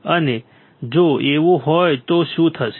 અને જો એવું હોય તો શું થશે